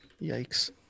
yikes